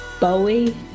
Bowie